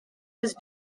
his